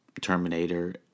Terminator